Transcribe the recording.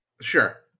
Sure